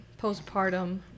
postpartum